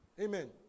Amen